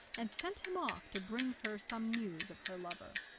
and sent him off to bring her some news of her lover.